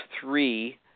three